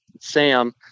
Sam